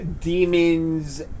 demons